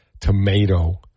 tomato